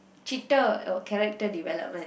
cheater orh character development